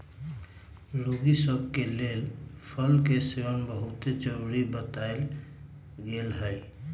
रोगि सभ के लेल फल के सेवन बहुते जरुरी बतायल गेल हइ